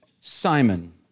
Simon